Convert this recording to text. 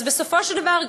אז בסופו של דבר,